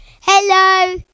Hello